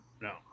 no